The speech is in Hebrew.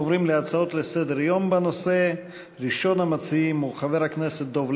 אנחנו עוברים להצעות לסדר-היום בנושא ציון יום הסביבה,